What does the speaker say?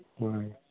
ᱦᱳᱭ